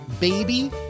baby